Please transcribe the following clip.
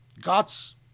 God's